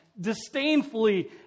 disdainfully